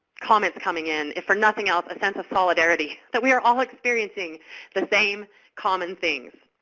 comments coming in, if for nothing else, a sense of solidarity that we are all experiencing the same common things.